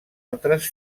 altres